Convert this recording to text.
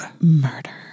Murder